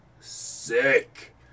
sick